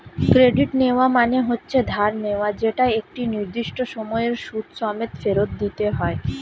credit নেওয়া মানে হচ্ছে ধার নেওয়া যেটা একটা নির্দিষ্ট সময়ে সুদ সমেত ফেরত দিতে হয়